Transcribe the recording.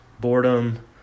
boredom